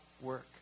work